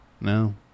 No